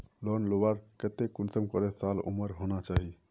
Loan लुबार केते कुंसम करे साल उमर होना चही?